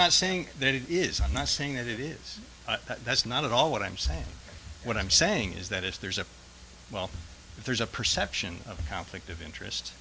not saying that it is i'm not saying that it is that's not at all what i'm saying what i'm saying is that if there's a well there's a perception of conflict of interest